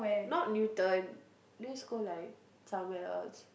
not Newton let's go like somewhere else